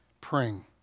praying